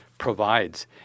provides